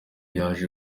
yaje